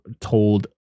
told